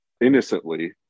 innocently